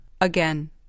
Again